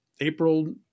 April